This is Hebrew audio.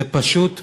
זה פשוט עיוות.